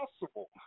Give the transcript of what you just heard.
possible